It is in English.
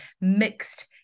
mixed